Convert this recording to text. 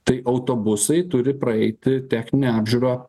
tai autobusai turi praeiti techninę apžiūrą